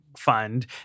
fund